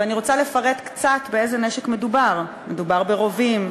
ואני רוצה לפרט קצת באיזה נשק מדובר: מדובר ברובים,